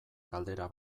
galdera